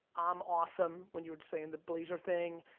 i'm awesome, when you were saying the blazer thing,